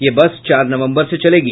यह बस चार नवम्बर से चलेगी